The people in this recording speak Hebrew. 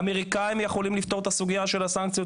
האמריקאים יכולים לפתור את הסוגיה של הסנקציות